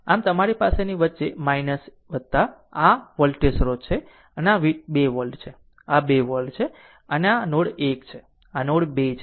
આમ આ તમારી પાસેની વચ્ચે છે આ વોલ્ટેજ સ્રોત છે અને આ તમારો 2 વોલ્ટ છે આ તમારો 2 વોલ્ટ છે અને આ નોડ 1 છે અને આ નોડ 2 છે